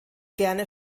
gerne